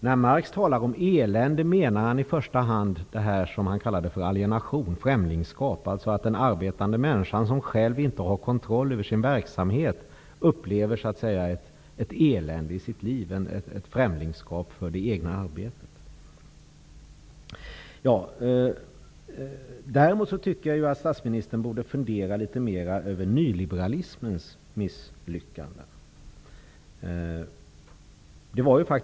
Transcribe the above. När Marx talade om elände menade han i första hand det han kallade alienation, främlingskap. Den arbetande människan som inte har kontroll över sin verksamhet upplever ett elände i sitt liv, ett främlingskap för det egna arbetet. Däremot tycker jag att statsministern borde fundera litet mer över nyliberalismens misslyckande.